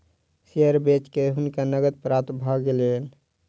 share बेच के हुनका नकद प्राप्त भ गेलैन